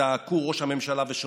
זעקו ראש הממשלה ושופריו,